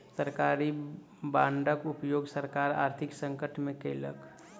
सरकारी बांडक उपयोग सरकार आर्थिक संकट में केलक